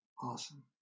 awesome